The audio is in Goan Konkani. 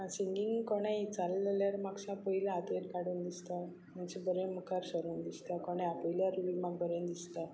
सिंगींग कोणें विचारलें जाल्यार म्हाका सा पयले हात वयर काडून दिसता मातशें बरें मुखार सरून दिसता कोणे आपयल्यार बी म्हाका बरें दिसता